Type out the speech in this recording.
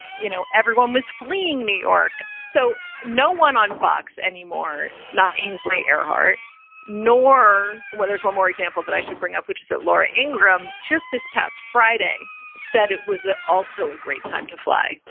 you know, everyone was fleeing new york. so no one on fox anymore, not ainsley earhart nor. well, there's one more example that i should bring up, which is that laura ingram just this past friday said it was ah also a great time to fly,